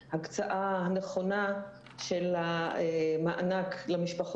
כאן גוברת על חופש הבחירה כשזה נוגע בחיים ומוות.